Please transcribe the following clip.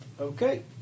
okay